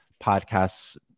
podcasts